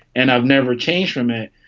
and i've never changed from it,